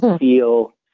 feel